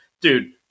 dude